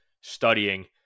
studying